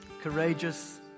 Courageous